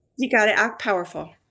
you got to act powerful.